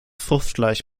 fruchtfleisch